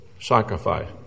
sacrifice